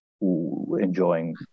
enjoying